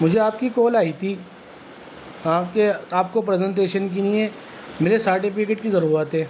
مجھے آپ کی کال آئی تھی ہاں کہ آپ کو پریزنٹیشن کے لیے میرے سارٹیفکٹ کی ضرورت ہے